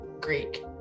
greek